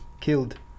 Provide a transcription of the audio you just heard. killed